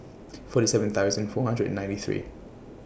forty seven thousand four hundred and ninety three